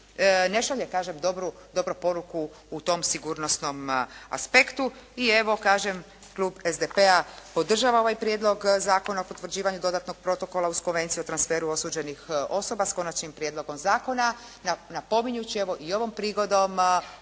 ne šalje kažem dobru poruku u tom sigurnosnom aspektu. I evo kažem klub SDP-a podržava ovaj Prijedlog Zakona o potvrđivanju dodatnog protokola uz Konvenciju o transferu osuđenih osoba s Konačnim prijedlogom zakona napominjući i evo i ovom prigodom